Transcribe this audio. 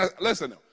Listen